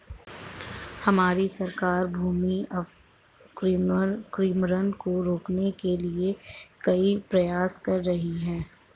हमारी सरकार भूमि अवक्रमण को रोकने के लिए कई प्रयास कर रही है